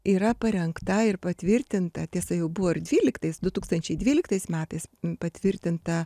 yra parengta ir patvirtinta tiesa jau buvo ir dvyliktais du tūkstančiai dvyliktais metais patvirtinta